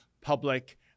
public